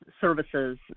Services